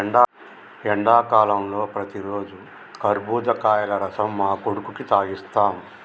ఎండాకాలంలో ప్రతిరోజు కర్బుజకాయల రసం మా కొడుకుకి తాగిస్తాం